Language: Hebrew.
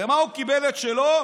במה הוא קיבל את שלו?